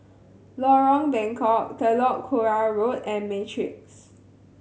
Lorong Bengkok Telok Kurau Road and Matrix